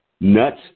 nuts